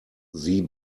sie